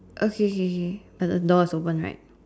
okay kay kay kay and the door is opened right